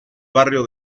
barrio